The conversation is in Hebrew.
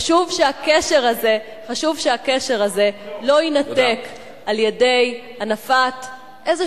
חשוב שהקשר הזה לא יינתק על-ידי הנפת איזה